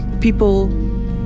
people